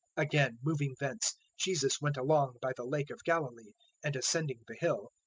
again, moving thence, jesus went along by the lake of galilee and ascending the hill,